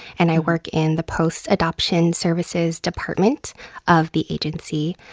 and i work in the post-adoption services department of the agency.